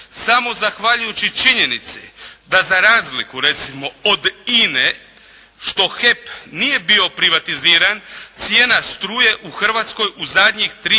samo zahvaljujući činjenici da za razliku, recimo od INA-e što HEP nije bio privatiziran cijena struje u Hrvatskoj u zadnjih 3 godine